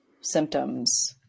symptoms